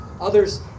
Others